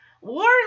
Warren